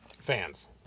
Fans